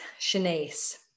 Shanice